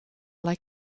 like